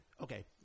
Okay